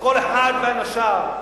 כל אחד לאנשיו.